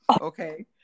Okay